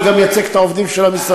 אני מייצג גם את העובדים של המשרד.